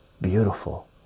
beautiful